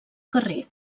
carrer